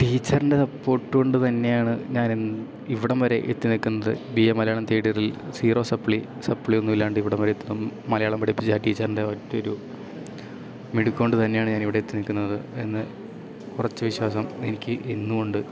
ടീച്ചറിൻ്റെ സപ്പോർട്ട് കൊണ്ടു തന്നെയാണ് ഞാൻ ഇന്ന് ഇവിടം വരെ എത്തി നിൽക്കുന്നത് ബി എ മലയാളം തേർഡ് ഇയറിൽ സീറോ സപ്ലി സപ്ലി ഒന്നു ഇല്ലാണ്ട് ഇവിടം വരെ എത്തണം മലയാളം പഠിപ്പിച്ച ആ ടീച്ചറിൻ്റെ ഒറ്റൊരു മിടുക്കുക്കൊണ്ട് തന്നെയാണ് ഞാൻ ഇവിടെ എത്തി നിൽക്കുന്നത് എന്ന് ഉറച്ച വിശ്വാസം എനിക്ക് ഇന്നും ഉണ്ട്